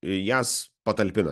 jas patalpina